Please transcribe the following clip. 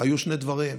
היו שני דברים: